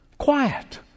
Quiet